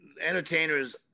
entertainers